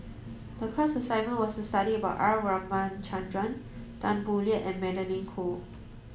the class assignment was study about R Ramachandran Tan Boo Liat and Magdalene Khoo